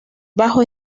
bajo